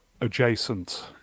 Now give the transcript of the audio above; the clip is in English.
adjacent